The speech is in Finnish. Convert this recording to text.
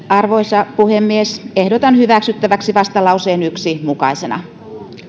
arvoisa puhemies ehdotan hyväksyttäväksi vastalauseen yhtenä mukaisena